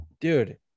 Dude